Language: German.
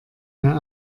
mehr